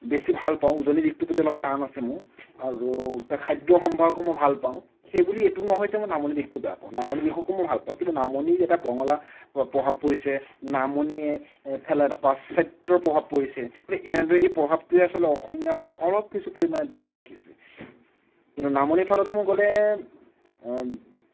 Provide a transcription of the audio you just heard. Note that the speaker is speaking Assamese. বেছি ভালপাওঁ উজনিৰ দিশটোৰ প্ৰতি অলপ টান আছে মোৰ আৰু তাৰ খাদ্য সম্ভাৰসমূহ ভালপাওঁ সেই বুলি এইটো নহয় যে মই নামনি দিশটো বেয়া পাওঁ নামনি দিশকো মই ভালপাওঁ কিন্তু নামনিৰ এটা বঙলা প্ৰভাৱ পৰিছে নামনিয়ে এইফালে এটা প্ৰাচাত্যৰ প্ৰভাৱ পৰিছে গতিকে এনেদৰে এই প্ৰভাৱটোৱে আচলতে অসমীয়াৰপৰা অলপ কিছু পৰিমা দূৰত ৰাখিছে কিন্তু নামনিৰ ফালেলৈ মই গ'লে